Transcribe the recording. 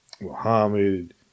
Muhammad